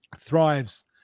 thrives